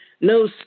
no